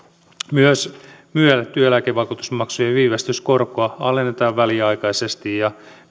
myös myel työeläkevakuutusmaksujen viivästyskorkoa alennetaan väliaikaisesti ja